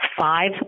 five